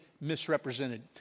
misrepresented